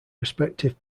respective